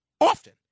often